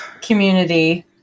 community